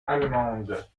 allemande